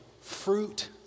fruit